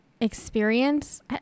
experience